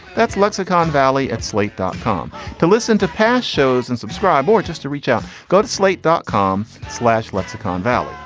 that's lexicon valley at slate dot com to listen to past shows and subscribe or just to reach out go to slate dot com slash lexicon valley.